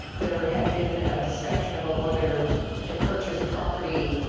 there had been a discussion about whether to purchase property